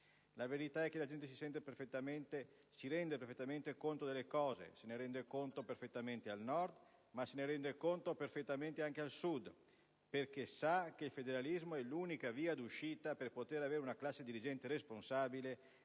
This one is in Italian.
La verità è che la gente si rende perfettamente conto delle cose. Se ne rende conto perfettamente al Nord, ma se ne rende conto perfettamente anche al Sud: sa che il federalismo è l'unica via d'uscita per poter avere una classe dirigente responsabile,